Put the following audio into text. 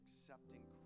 accepting